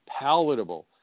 palatable